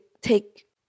take